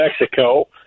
Mexico